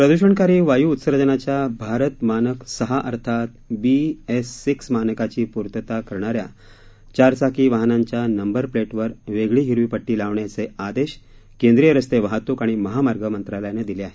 प्रद्षणकारी वायू उत्सर्जनाच्या भारत मानक सहा अर्थात बी एस सिक्स मानकाची पूर्तता करणाऱ्या चारचाकी वाहनांच्या नंबर प्लेटवर वेगळी हिरवी पट्टी लावण्याचे आदेश केंद्रीय रस्ते वाहत्क आणि महामार्ग मंत्रालयाने दिले आहेत